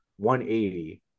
180